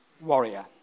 warrior